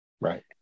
Right